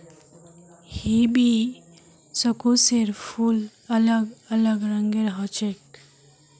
हिबिस्कुसेर फूल अलग अलग रंगेर ह छेक